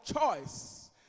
choice